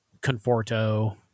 Conforto